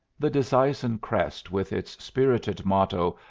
the disseisin crest with its spirited motto,